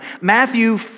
Matthew